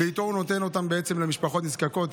ונותן למשפחות נזקקות.